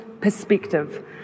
perspective